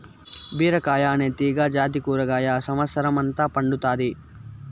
బీరకాయ అనే తీగ జాతి కూరగాయ సమత్సరం అంత పండుతాది